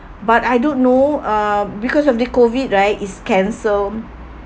but I don't know uh because of the COVID right it's cancelled